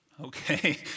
okay